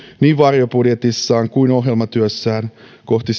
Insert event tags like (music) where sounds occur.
niin varjobudjetissaan kuin ohjelmatyössään kohti (unintelligible)